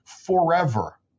forever